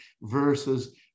versus